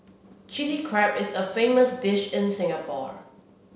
Chilli Crab is a famous dish in Singapore